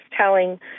telling